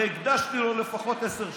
הרי הקדשתי לו לפחות עשר שעות,